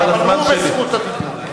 אבל הוא בזכות הדיבור.